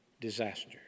disaster